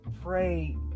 pray